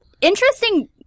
interesting